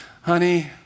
honey